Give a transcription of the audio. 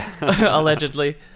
Allegedly